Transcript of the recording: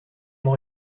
vous